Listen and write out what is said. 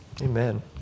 Amen